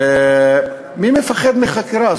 מי מפחד מחקירה?